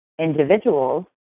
individuals